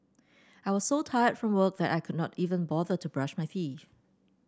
I was so tired from work that I could not even bother to brush my teeth